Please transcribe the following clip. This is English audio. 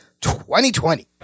2020